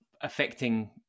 affecting